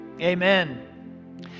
Amen